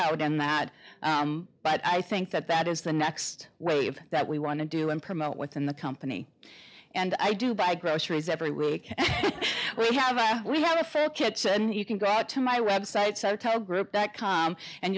out and that but i think that that is the next wave that we want to do and promote within the company and i do buy groceries every room we have we have a kitchen and you can go out to my website so tell group that com and